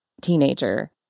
teenager